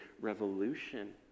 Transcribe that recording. revolution